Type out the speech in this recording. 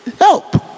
help